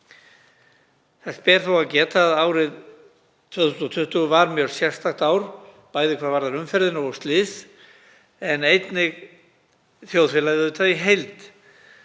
Þess ber þó að geta að árið 2020 var mjög sérstakt ár, bæði hvað varðar umferðina og slys, en einnig þjóðfélagið í heild.